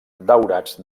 daurats